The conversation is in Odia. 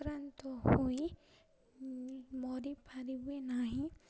ଉପକ୍ରାନ୍ତ ହୋଇ ମରିପାରିବେ ନାହିଁ